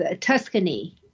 Tuscany